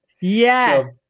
Yes